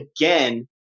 again